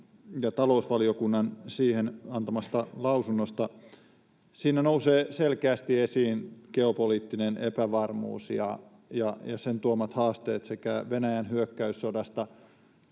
ja talousvaliokunnan siihen antamasta lausunnosta. Siinä nousee selkeästi esiin geopoliittinen epävarmuus ja sen tuomat haasteet sekä Venäjän hyökkäyssodasta